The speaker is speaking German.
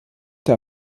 der